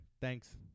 Thanks